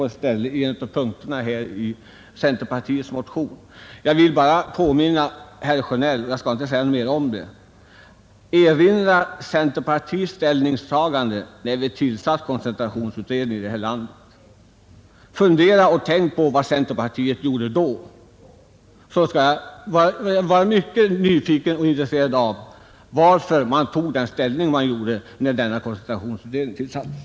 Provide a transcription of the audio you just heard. Jag skall inte säga så mycket om detta, jag vill bara uppmana herr Sjönell att erinra sig centerpartiets ställningstagande när koncentrationsutredningen tillsattes och fundera på vad centerpartiet då gjorde. Jag är mycket nyfiken på att få veta anledningen till centerpartiets ställningstagande när koncentrationsutredningen tillsattes.